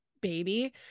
baby